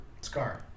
Scar